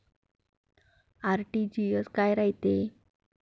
RTGS काय रायते?